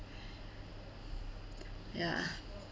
ya